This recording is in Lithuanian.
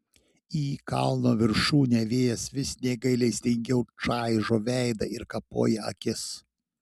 į kalno viršūnę vėjas vis negailestingiau čaižo veidą ir kapoja akis